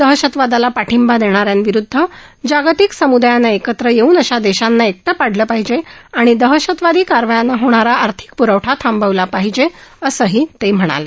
दहशतवादाला पाठिंबा देणा यांविरुद्ध जागतिक समुदायानं एकत्र येऊन अशा देशांना एकटं पाडलं पाहिजे आणि दहशतवादी कारवायांना होणारा आर्थिक पुरवठा थांबवला पाहिजे असंही ते म्हणाले